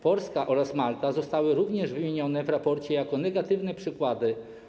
Polska oraz Malta zostały również wymienione w raporcie jako negatywne przykłady.